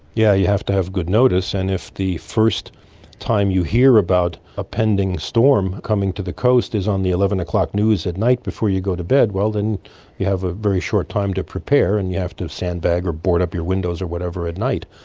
yeah you have to have good notice. and if the first time you hear about a pending storm coming to the coast is on the eleven o'clock news at night before you go to bed, well then you have a very short time to prepare and you have to sandbag or board up your windows or whatever at night.